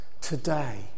today